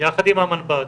יחד עם המנב"ט